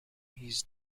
his